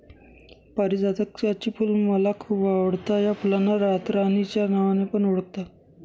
पारीजातकाची फुल मला खूप आवडता या फुलांना रातराणी च्या नावाने पण ओळखतात